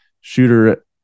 shooter